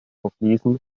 verschließen